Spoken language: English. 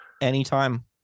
anytime